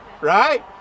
right